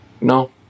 no